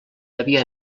havia